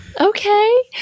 okay